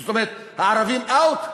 זאת אומרת, הערבים, אאוט,